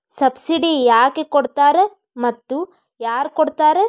Subsidy ಯಾಕೆ ಕೊಡ್ತಾರ ಮತ್ತು ಯಾರ್ ಕೊಡ್ತಾರ್?